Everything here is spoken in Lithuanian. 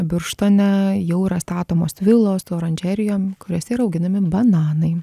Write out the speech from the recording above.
birštone jau yra statomos vilos oranžerijom kuriose yra auginami bananai